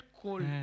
cold